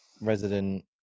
resident